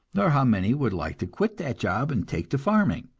nor how many would like to quit that job and take to farming.